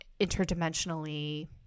interdimensionally